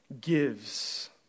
gives